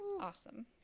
Awesome